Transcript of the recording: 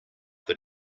that